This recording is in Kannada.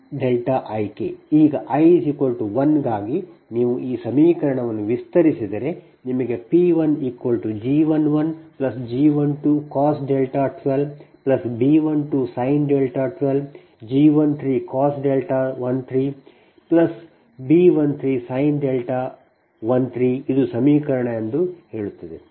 ಈಗ i 1 ಗಾಗಿ ನೀವು ಈ ಸಮೀಕರಣವನ್ನು ವಿಸ್ತರಿಸಿದರೆ ನಿಮಗೆ P1G11G12cos 12 B12sin 12 G13cos 13 B13sin 13 ಇದು ಸಮೀಕರಣ ಎಂದು ಹೇಳುತ್ತದೆ 2